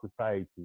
society